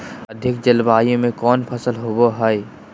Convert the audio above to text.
अधिक जलवायु में कौन फसल होबो है?